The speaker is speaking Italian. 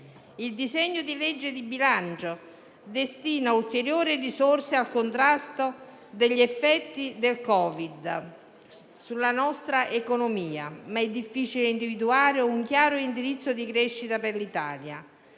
Il disegno di legge di bilancio destina ulteriori risorse al contrasto degli effetti del Covid sulla nostra economia, ma è difficile individuare un chiaro indirizzo di crescita per l'Italia.